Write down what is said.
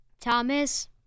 Thomas